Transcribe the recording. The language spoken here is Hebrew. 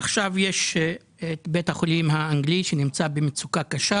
עכשיו יש את בית החולים האנגלי שנמצא במצוקה קשה